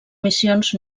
missions